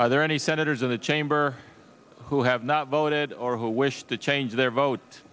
are there any senators in the chamber who have not voted or who wish to change their vote